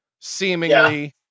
seemingly